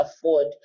afford